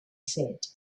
said